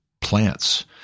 plants